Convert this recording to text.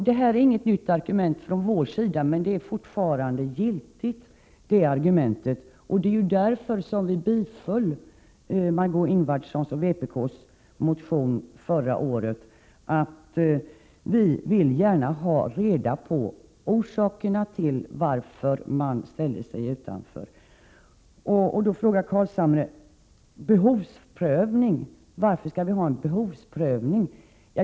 Det är inget nytt argument från socialdemokratisk sida, men det är fortfarande giltigt. Vi biföll Margöé Ingvardssons och vpk:s motion förra året därför att vi gärna ville ha reda på orsakerna till att de ställde sig utanför. Carlshamre frågar varför vi vill ha behovsprövning.